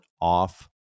off